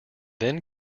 then